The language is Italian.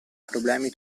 problemi